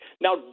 now